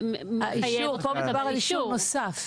פה מדובר על אישור נוסף